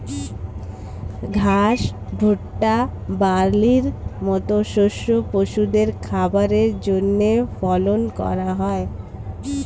ঘাস, ভুট্টা, বার্লির মত শস্য পশুদের খাবারের জন্যে ফলন করা হয়